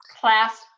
class